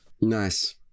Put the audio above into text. nice